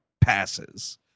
passes